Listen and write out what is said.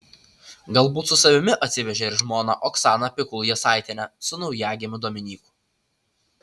galbūt su savimi atsivežė ir žmoną oksaną pikul jasaitienę su naujagimiu dominyku